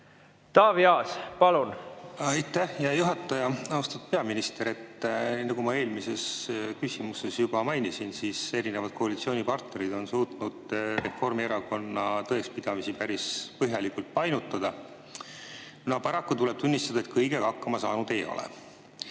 Taavi Aas, palun! Aitäh, hea juhataja! Austatud peaminister! Nagu ma eelmises küsimuses juba mainisin, erinevad koalitsioonipartnerid on suutnud Reformierakonna tõekspidamisi päris põhjalikult painutada. Paraku tuleb tunnistada, et kõigega hakkama saanud ei ole.